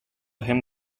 him